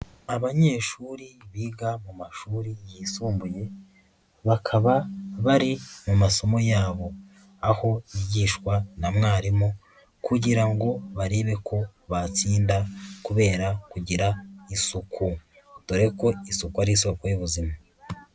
Abanyeshuri biga mu mashuri yisumbuye bakaba bari mu masomo yabo, aho bigishwa na mwarimu kugira ngo barebe ko batsinda kubera kugira isuku, dore ko isuku ari isoko y'ubuzima.